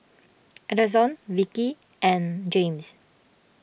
Elonzo Vikki and James